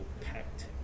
packed